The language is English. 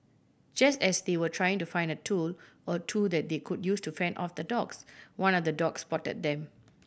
just as they were trying to find a tool or two that they could use to fend off the dogs one of the dogs spotted them